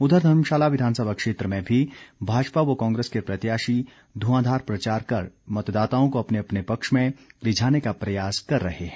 उधर धर्मशाला विधानसभा क्षेत्र में भी भाजपा व कांग्रेस के प्रत्याशी ध्रंआधार प्रचार कर मतदाताओं को अपने अपने पक्ष में रिझाने का प्रयास कर रहे हैं